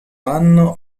anno